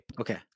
Okay